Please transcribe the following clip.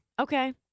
Okay